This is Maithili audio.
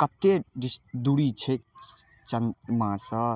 कते डिस दूरी छै चन्द्रमासँ